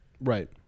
Right